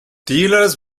dealers